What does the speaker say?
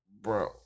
Bro